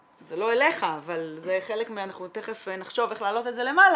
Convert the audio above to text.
זה לא אליך אבל אנחנו תיכף נחשוב איך להעלות את זה למעלה,